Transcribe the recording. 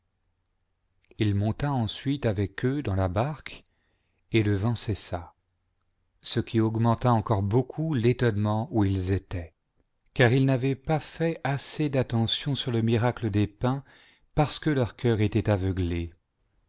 il monta ensuite avec eux dans la barque et le vent cessa ce qui augmenta encore beaucoup l'étonnement où ils étaient car ils n'avaient pas fait assez d'attention sur le miracle des pains parce que leur cœur était aveuglé